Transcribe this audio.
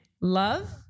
love